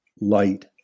light